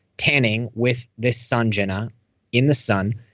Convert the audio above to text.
tanning with this sanjjanaa in the sun.